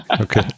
Okay